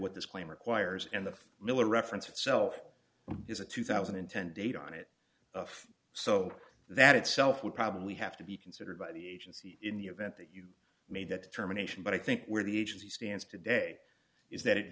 what this claim requires and the miller reference itself is a two thousand and ten date on it so that itself would probably have to be considered by the agency in the event that you made that determination but i think where the agency stands today is that i